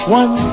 one